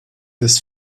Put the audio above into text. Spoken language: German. des